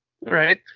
right